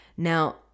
Now